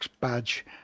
badge